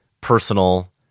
personal